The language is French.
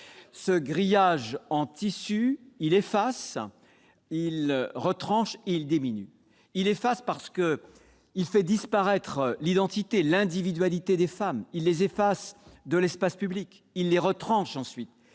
Ce grillage en tissu efface, retranche et diminue. Il efface parce qu'il fait disparaître l'identité et l'individualité des femmes. Il les efface de l'espace public. Il les retranche ensuite